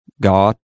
God